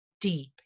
deep